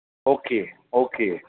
okay okay